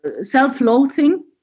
self-loathing